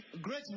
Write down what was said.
great